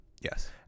Yes